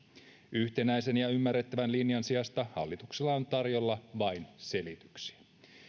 yhtenäisen ja ymmärrettävän linjan sijasta hallituksella on tarjolla vain selityksiä